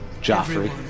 Joffrey